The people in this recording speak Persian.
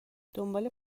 دنبال